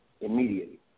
immediately